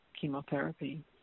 chemotherapy